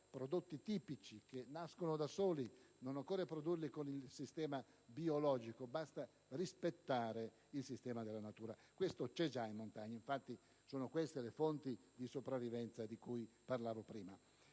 prodotti tipici che nascono da soli e non occorre produrli con sistemi biologici, ma è sufficiente rispettare il sistema della natura. Questo è già presente in montagna, e infatti sono queste le fonti di sopravvivenza di cui parlavo prima.